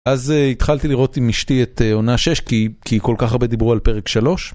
אז התחלתי לראות עם אשתי את עונה 6 כי כל כך הרבה דיברו על פרק 3.